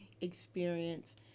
experience